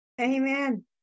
Amen